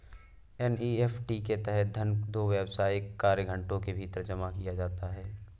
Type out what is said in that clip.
NEFT के तहत धन दो व्यावसायिक कार्य घंटों के भीतर जमा किया जाता है